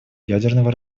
ядерного